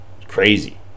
Crazy